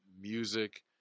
music